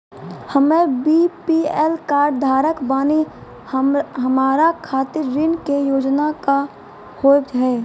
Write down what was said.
हम्मे BPL card धारक बानि हमारा खातिर ऋण के योजना का होव हेय?